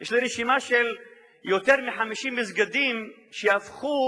יש לי רשימה של יותר מ-50 מסגדים שהפכו,